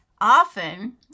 often